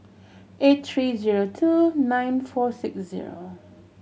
eight three zero two nine four six zero